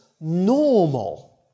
normal